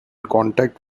contact